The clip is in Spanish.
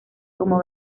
como